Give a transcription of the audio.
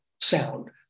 sound